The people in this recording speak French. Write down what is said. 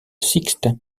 sixte